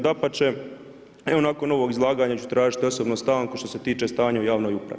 Dapače, evo nakon ovog izlaganja ću tražiti osobno stanku što se tiče stanja u javnoj upravi.